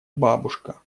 бабушка